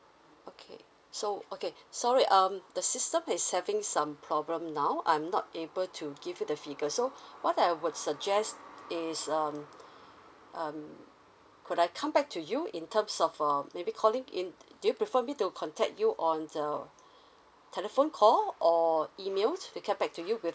okay so okay sorry um the system is having some problem now I'm not able to give you the figure so what I would suggest is um um could I come back to you in terms of uh maybe calling in do you prefer me to contact you on the telephone call or email to get back to you with